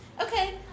okay